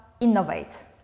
Innovate